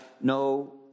no